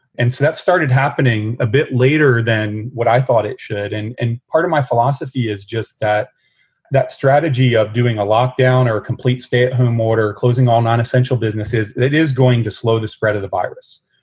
and so that started happening a bit later than what i thought it should. and and part of my philosophy is just that that strategy of doing a lockdown or a complete stay at home order, closing all non-essential businesses is going to slow the spread of the virus.